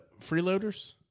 Freeloaders